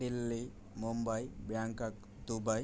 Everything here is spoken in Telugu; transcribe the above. Delhi Mumbai Bangkok Dubai